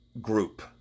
group